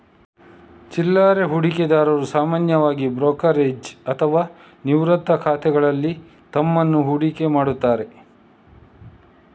ಚಿಲ್ಲರೆ ಹೂಡಿಕೆದಾರರು ಸಾಮಾನ್ಯವಾಗಿ ಬ್ರೋಕರೇಜ್ ಅಥವಾ ನಿವೃತ್ತಿ ಖಾತೆಗಳಲ್ಲಿ ತಮ್ಮನ್ನು ಹೂಡಿಕೆ ಮಾಡುತ್ತಾರೆ